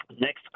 Next